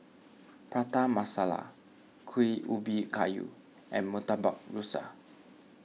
Prata Masala Kuih Ubi Kayu and Murtabak Rusa